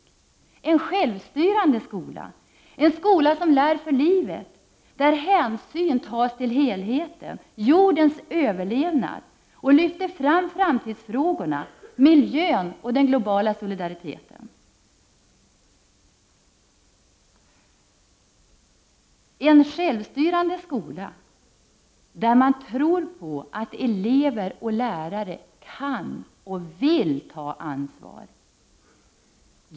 Vi ville ha en självstyrande skola, en skola som lär för livet, där hänsyn tas till helheten, jordens överlevnad, lyfter fram framtidsfrågorna — miljön och den globala solidariten — en självstyrande skola, där man tror på att elever och lärare kan och vill ta ansvar.